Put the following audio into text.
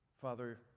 Father